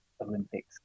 Olympics